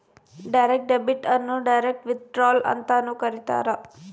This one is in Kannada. ಡೈರೆಕ್ಟ್ ಡೆಬಿಟ್ ಅನ್ನು ಡೈರೆಕ್ಟ್ ವಿತ್ಡ್ರಾಲ್ ಅಂತನೂ ಕರೀತಾರ